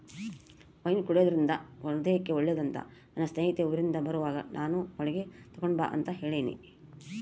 wine ಕುಡೆದ್ರಿಂದ ಹೃದಯಕ್ಕೆ ಒಳ್ಳೆದಂತ ನನ್ನ ಸ್ನೇಹಿತೆ ಊರಿಂದ ಬರುವಾಗ ನಾನು ಅವಳಿಗೆ ತಗೊಂಡು ಬಾ ಅಂತ ಹೇಳಿನಿ